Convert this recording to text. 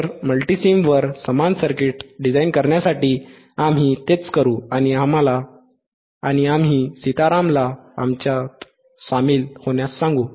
तर मल्टीसिमवर समान सर्किट डिझाइन करण्यासाठी आम्ही तेच करू आणि आम्ही सीतारामला आमच्यात सामील होण्यास सांगू